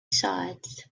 sides